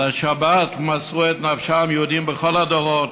על השבת מסרו את נפשם יהודים בכל הדורות,